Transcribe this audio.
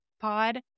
pod